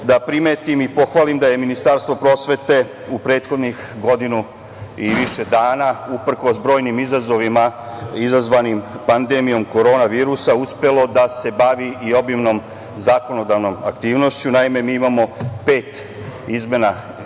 da primetim i da pohvalim da je Ministarstvo prosvete u prethodnih godinu i više dana uprkos brojnim izazovima izazvanim pandemijom korona virusa uspelo da se bavi i obimnom zakonodavnom aktivnošću. Naime, mi imamo pet izmena,